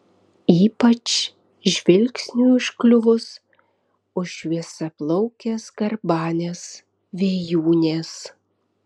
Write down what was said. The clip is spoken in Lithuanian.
ypač žvilgsniui užkliuvus už šviesiaplaukės garbanės vėjūnės